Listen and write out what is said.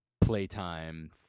playtime